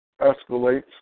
escalates